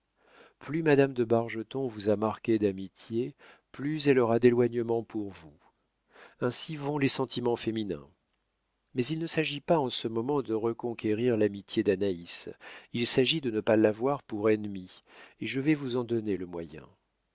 plus madame de bargeton vous a marqué d'amitié plus elle aura d'éloignement pour vous ainsi vont les sentiments féminins mais il ne s'agit pas en ce moment de reconquérir l'amitié d'anaïs il s'agit de ne pas l'avoir pour ennemie et je vais vous en donner le moyen